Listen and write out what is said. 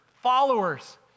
followers